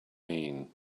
mean